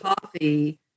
coffee